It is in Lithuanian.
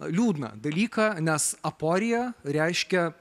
liūdną dalyką nes aporija reiškia